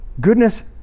goodness